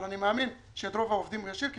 אבל אני מאמין שאת רוב העובדים הוא ישאיר כי